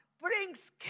brings